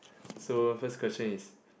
so first question is